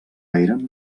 eren